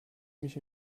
mich